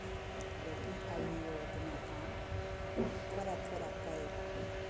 लेकिन अभियो उतना काम थोड़ा थोड़ा कयलहुँ